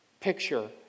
picture